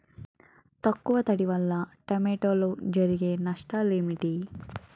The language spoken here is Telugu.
తక్కువ తడి వల్ల టమోటాలో జరిగే నష్టాలేంటి?